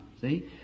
See